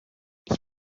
ich